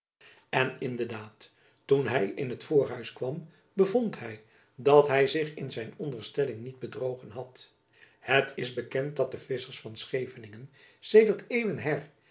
de daad toen hy in het voorhuis kwam bevond hy dat hy zich in zijn onderstelling niet bedrogen had het is bekend dat de visschers van scheveningen sedert eeuwen her in